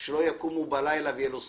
שלא יקומו בלילה ויהיו לו סיוטים,